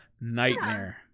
nightmare